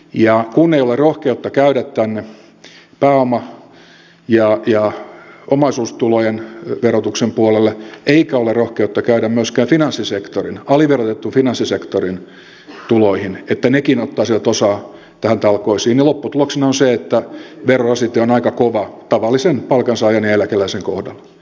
ja kun ei ole rohkeutta käydä tänne pääoma ja omaisuustulojen verotuksen puolelle eikä ole rohkeutta käydä myöskään finanssisektorin aliverotetun finanssisektorin tuloihin että sekin ottaisi osaa näihin talkoisiin niin lopputuloksena on se että verorasite on aika kova tavallisen palkansaajan ja eläkeläisen kohdalla